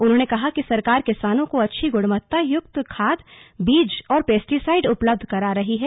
उन्होंने कहा कि सरकार किसानों को अच्छी गुणवत्ता युक्त खाद बीज और पेस्टीसाइड उपलब्ध करा रही है